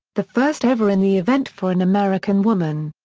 the first ever in the event for an american woman.